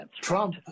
Trump